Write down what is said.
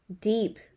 deep